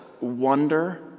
wonder